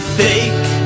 fake